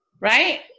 right